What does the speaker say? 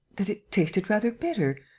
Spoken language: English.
that it tasted rather bitter.